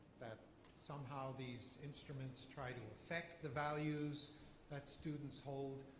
that somehow these instruments try to affect the values that students hold?